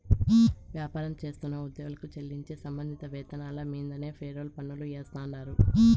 వ్యాపారం చేస్తున్న ఉద్యోగులకు చెల్లించే సంబంధిత వేతనాల మీన్దే ఫెర్రోల్ పన్నులు ఏస్తాండారు